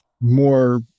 more